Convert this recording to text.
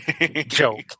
Joke